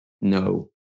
No